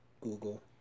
Google